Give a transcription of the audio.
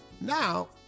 Now